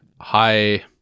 high